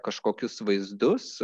kažkokius vaizdus